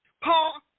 Paul